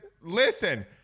listen